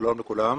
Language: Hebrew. שלום לכולם.